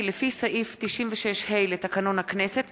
כי לפי סעיף 96(ה) לתקנון הכנסת,